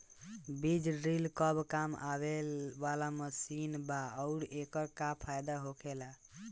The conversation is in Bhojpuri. बीज ड्रील कब काम आवे वाला मशीन बा आऊर एकर का फायदा होखेला?